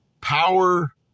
power